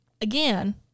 again